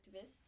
activists